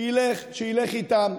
שילך איתם,